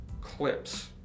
clips